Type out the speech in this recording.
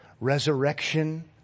resurrection